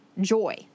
joy